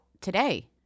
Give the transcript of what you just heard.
today